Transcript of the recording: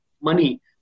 money